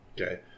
Okay